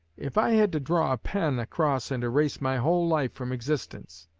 if i had to draw a pen across and erase my whole life from existence,